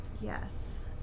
Yes